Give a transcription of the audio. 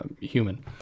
human